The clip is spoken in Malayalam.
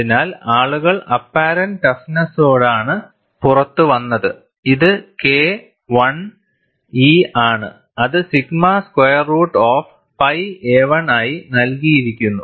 അതിനാൽ ആളുകൾ അപ്പാരൻന്റ് ടഫ്നെസോടെയാണ് പുറത്തുവന്നത് ഇത് കെ 1 ഇ ആണ് അത് sigma square root of pi എ1 ആയി നൽകിയിരിക്കുന്നു